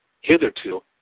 Hitherto